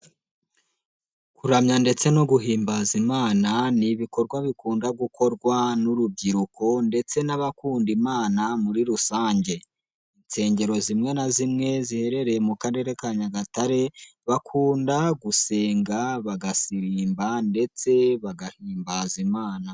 Kuramya ndetse no guhimbaza Imana ni ibikorwa bikunda gukorwa n'urubyiruko ndetse n'abakunda Imana muri rusange, insengero zimwe na zimwe ziherereye mu karere ka Nyagatare bakunda gusenga, bagasirimba ndetse bagahimbaza imana.